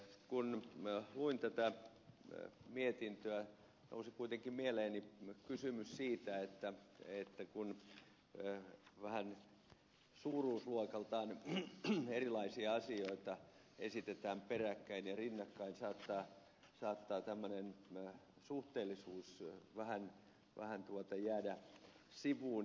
kun luin tätä mietintöä nousi kuitenkin mieleeni kysymys siitä että kun vähän suuruusluokaltaan erilaisia asioita esitetään peräkkäin ja rinnakkain saattaa tämmöinen suhteellisuus vähän jäädä sivuun